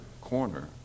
corner